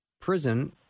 prison